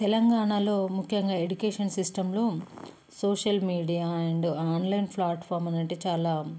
తెలంగాణలో ముఖ్యంగా ఎడ్యుకేషన్ సిస్టంలో social media and online platform అంటే చాలా